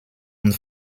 und